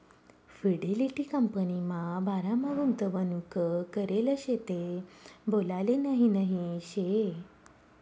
Fidelity कंपनीमा बारामा गुंतवणूक करेल शे ते बोलाले नही नही शे